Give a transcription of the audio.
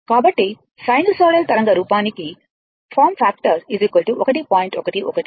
కాబట్టి సైనూసోయిడల్ తరంగ రూపానికి ఫార్మ్ ఫ్యాక్టర్ 1